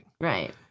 Right